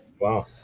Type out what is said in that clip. Wow